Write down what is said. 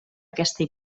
aquesta